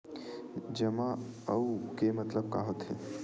जमा आऊ के मतलब का होथे?